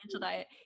Diet